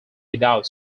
without